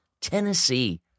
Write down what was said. Tennessee